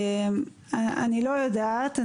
אני איני יודעת.